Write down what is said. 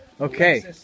Okay